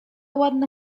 ładna